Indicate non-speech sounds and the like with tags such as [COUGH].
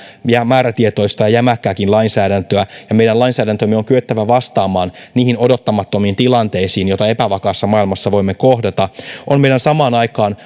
määrätietoista ja jämäkkääkin lainsäädäntöä ja meidän lainsäädäntömme on kyettävä vastaamaan niihin odottamattomiin tilanteisiin joita epävakaassa maailmassa voimme kohdata on meidän samaan aikaan [UNINTELLIGIBLE]